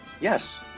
Yes